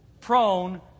prone